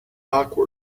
awkward